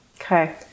okay